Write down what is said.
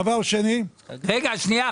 דבר שני --- רגע, שנייה.